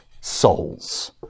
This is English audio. souls